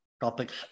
topics